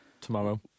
Tomorrow